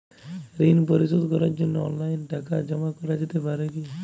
ঋন পরিশোধ করার জন্য অনলাইন টাকা জমা করা যেতে পারে কি?